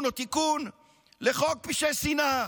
לתיקון חוק פשעי שנאה.